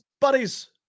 buddies